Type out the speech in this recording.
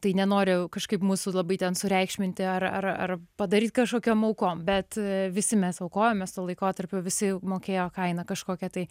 tai nenoriu kažkaip mūsų labai ten sureikšminti ar ar ar padaryt kažkokiom aukom bet visi mes aukojamės tuo laikotarpiu visi mokėjo kainą kažkokią tai